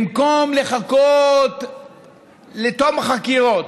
במקום לחכות לתום החקירות,